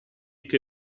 che